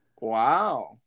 Wow